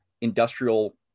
industrial